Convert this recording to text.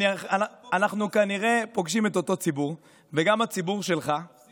הציבור ביקש